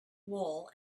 wool